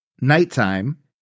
nighttime